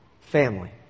family